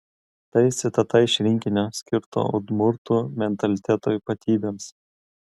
tai citata iš rinkinio skirto udmurtų mentaliteto ypatybėms